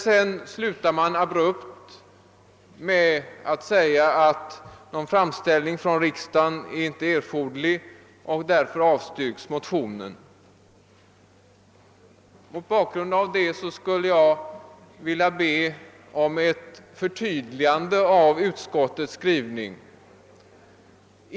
Men så slutar man abrupt med orden: »Någon framställning till Kungl. Maj:t i denna fråga synes inte erforderlig, och utskottet avstyrker därför motionen.» Mot denna bakgrund skulle jag vilja be om ett förtydligande av utskottets skrivning.